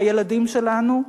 הילדים שלנו,